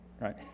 right